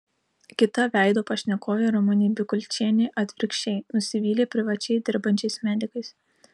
kita veido pašnekovė ramunė bikulčienė atvirkščiai nusivylė privačiai dirbančiais medikais